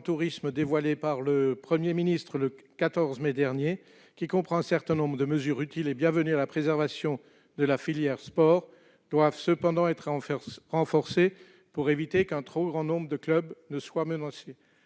Tourisme dévoilé par le Premier ministre le 14 mai dernier comprend un certain nombre de mesures utiles et bienvenues à la préservation de la filière sport, celles-ci doivent cependant être renforcées pour éviter qu'un trop grand nombre de clubs ne soient menacés.